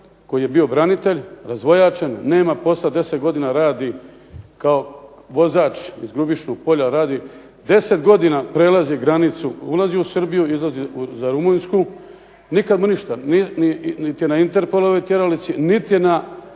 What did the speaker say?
koji je bio branitelj, razvojačen, nema posla, 10 godina radi kao vozač iz Grubišnog Polja radi 10 godina prelazi granicu, ulazi u Srbiju izlazi za Rumunjsku. Nikad mu ništa, niti je na Interpolovoj tjeralici, niti je